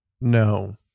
No